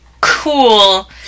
cool